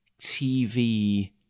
TV